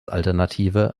alternative